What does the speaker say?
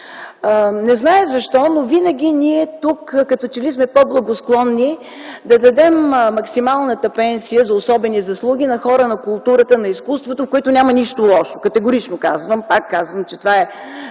Не зная защо, но ние тук винаги сме като, че ли по-благосклонни да дадем максималната пенсия за особени заслуги на хора на културата, на изкуството, в което няма нищо лошо, категорично го казвам. Повтарям, това